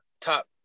top